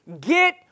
get